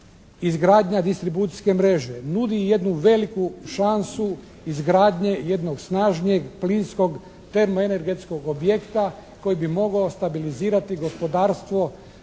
izgradnja distribucijske mreže nudi jednu veliku šansu izgradnje jednog snažnijeg plinskog termoenergetskog objekta koji bi mogao stabilizirati gospodarstvo